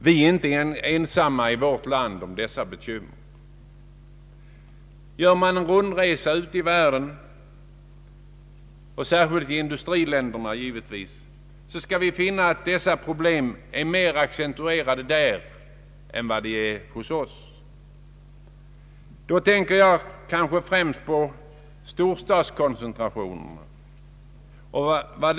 Vi är inte ensamma i vårt land om detta bekymmer, ty gör man en rundresa i världen — särskilt i industriländerna givetvis — skall man finna att dessa problem är än mer ac centuerade där än hos oss. Då tänker jag kanske främst på vad storstadskoncentrationen kostar oss.